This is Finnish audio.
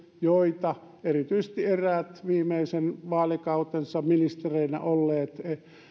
joita erityisesti eräät viimeisen vaalikautensa ministereinä olleet